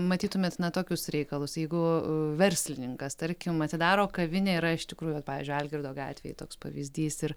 matytumėt na tokius reikalus jeigu verslininkas tarkim atidaro kavinę yra iš tikrųjų vat pavyzdžiui algirdo gatvėj toks pavyzdys ir